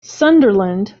sunderland